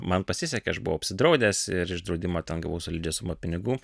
man pasisekė aš buvau apsidraudęs ir iš draudimo ten gavau solidžią sumą pinigų